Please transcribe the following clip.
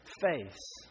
face